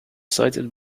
cited